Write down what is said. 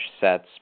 sets